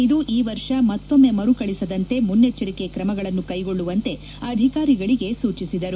ಇದು ಈ ವರ್ಷ ಮತ್ತೊಮ್ಮೆ ಮರುಕಳಿಸದಂತೆ ಮುನ್ನೆಚ್ಚರಿಕೆ ಕ್ರಮಗಳನ್ನು ಕೈಗೊಳ್ಳುವಂತೆ ಅಧಿಕಾರಿಗಳಿಗೆ ಸೂಚಿಸಿದರು